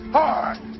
hard